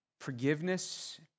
forgiveness